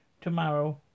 tomorrow